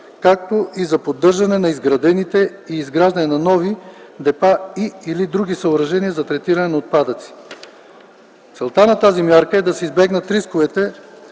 както и за поддържане на изградените и изграждане на нови депа и/или други съоръжения за третиране на отпадъци. Целта на тази мярка е да се избегнат рисковете